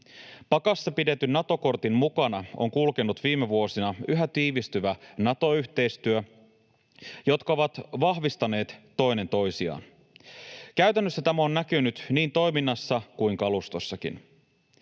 Pakassa pidetyn Nato-kortin mukana on kulkenut viime vuosina yhä tiivistyvä Nato-yhteistyö, ja ne ovat vahvistaneet toinen toisiaan. Käytännössä tämä on näkynyt niin toiminnassa kuin kalustossakin.